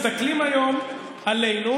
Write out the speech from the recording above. מסתכלים היום עלינו,